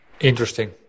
Interesting